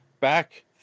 back